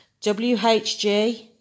WHG